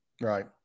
right